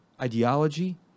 ideology